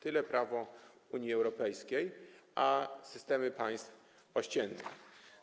Tyle prawo Unii Europejskiej, a tyle systemy państw ościennych.